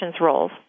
roles